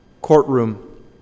courtroom